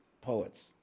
poets